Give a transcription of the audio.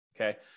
okay